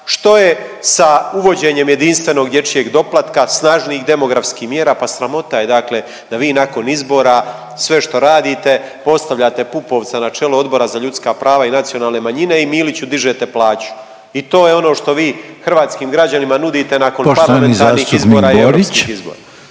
Što je sa uvođenjem jedinstvenog dječjeg doplatka, snažnih demografskih mjera? Pa sramota je, dakle da vi nakon izbora sve što radite postavljate Pupovca na čelo Odbora za ljudska prava i nacionalne manjine i Miliću dižete plaću. I to je ono što vi hrvatskim građanima nudite nakon parlamentarnih izbora i europskih izbora.